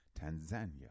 Tanzania